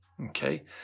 Okay